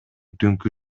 түнкү